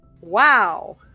Wow